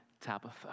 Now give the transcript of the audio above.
Tabitha